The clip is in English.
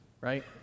right